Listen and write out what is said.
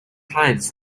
times